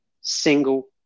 single